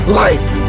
life